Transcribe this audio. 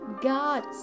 God